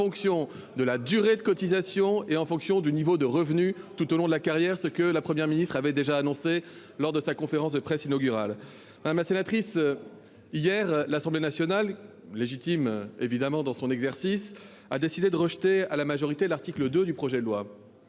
en fonction de la durée de cotisation et du niveau de revenu tout au long de la carrière, comme la Première ministre l'avait annoncé lors de sa conférence de presse inaugurale. C'est faux ! Hier, l'Assemblée nationale, légitime dans son exercice, a décidé de rejeter l'article 2 du projet de loi.